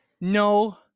no